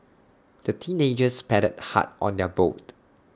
the teenagers paddled hard on their boat